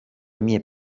mie